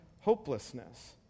hopelessness